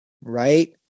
right